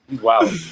Wow